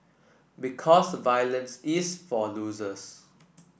because violence is for losers